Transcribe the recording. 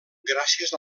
gràcies